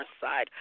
side